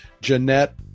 Jeanette